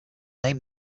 named